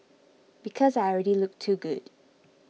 because I already look too good